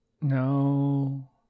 No